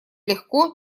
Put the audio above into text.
легко